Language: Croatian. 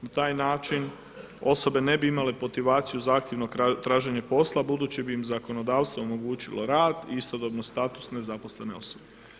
Na taj način osobe ne bi imale motivaciju za aktivno traženje poslova, budući bi im zakonodavstvo omogućilo rad i istodobno status nezaposlene osobe.